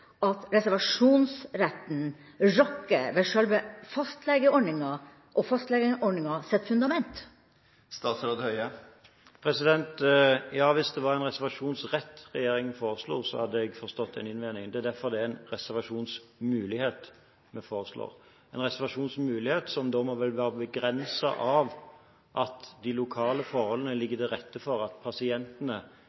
at reservasjonsretten rokker ved selve fastlegeordninga og fastlegeordningas fundament? Ja, hvis det var en reservasjonsrett regjeringen foreslo, hadde jeg forstått den innvendingen. Det er derfor det er en reservasjonsmulighet vi foreslår. Det er en reservasjonsmulighet som vil være begrenset av at de lokale forholdene